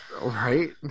right